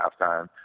halftime